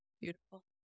Beautiful